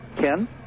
Ken